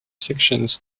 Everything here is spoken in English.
sections